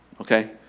Okay